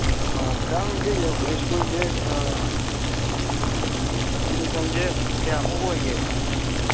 ꯑꯥ ꯃꯦꯗꯥꯝꯁꯤ ꯁ꯭ꯀꯨꯜꯁꯤ ꯑꯦꯗꯃꯤꯁꯟꯁꯦ ꯀꯌꯥꯃꯨꯛ ꯑꯣꯏꯒꯦ